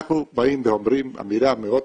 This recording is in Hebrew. אנחנו באים ואומרים אמירה מאוד